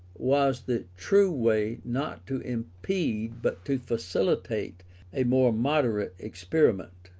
was the true way not to impede but to facilitate a more moderate experiment.